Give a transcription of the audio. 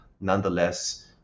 nonetheless